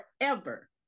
forever